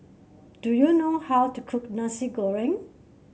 do you know how to cook Nasi Goreng